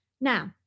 Now